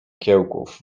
kiełków